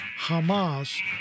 Hamas